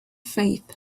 faith